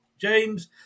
James